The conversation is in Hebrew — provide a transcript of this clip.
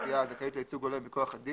אוכלוסייה הזכאית לייצוג הולם מכח הדין